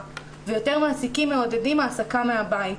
ויותר מעסיקים מעודדים העסקה מהבית.